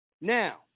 Now